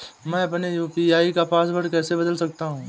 मैं अपने यू.पी.आई का पासवर्ड कैसे बदल सकता हूँ?